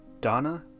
Donna